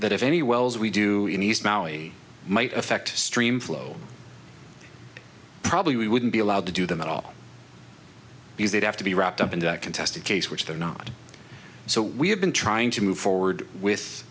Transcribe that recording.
that if any wells we do in east maui might affect stream flow probably we wouldn't be allowed to do them at all because they'd have to be wrapped up in that contested case which they're not so we have been trying to move forward with